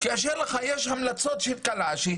כאשר יש לך המלצות של קלעג'י,